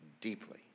deeply